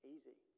Easy